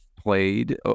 played